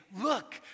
look